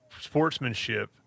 sportsmanship